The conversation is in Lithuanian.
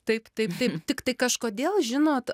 taip taip tiktai kažkodėl žinot